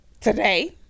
Today